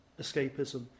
escapism